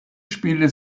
spielte